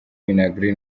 minagri